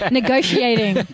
Negotiating